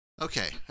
Okay